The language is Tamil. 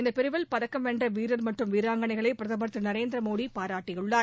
இந்தப் பிரிவில் பதக்கம் வென்ற வீரர் மற்றும் வீராங்கனைகளை பிரதமர் திரு நரேந்திர மோடி பாராட்டியுள்ளார்